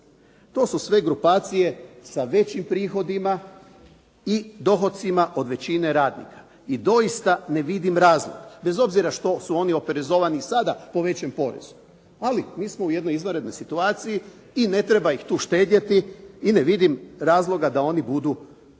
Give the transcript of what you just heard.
To su sve grupacije sa većim prihodima i dohocima od većine radnika. I doista ne vidim razlog, bez obzira što su oni oporezovani sada po većem porezu, ali mi smo u jednoj izvanrednoj situaciji i ne treba ih tu štedjeti i ne vidim razloga da oni budu pošteđeni